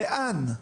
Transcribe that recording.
לאן?